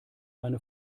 eine